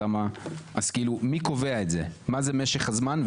מה היו הנימוקים שלו לסירוב הזה?